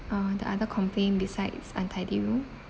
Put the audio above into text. uh the other complaint besides untidy room